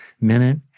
minute